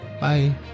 Bye